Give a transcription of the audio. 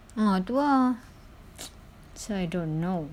ah tu ah so I don't know